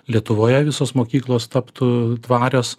lietuvoje visos mokyklos taptų tvarios